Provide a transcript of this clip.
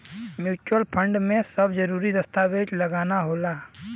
mutual fund में सब जरूरी दस्तावेज लगाना होला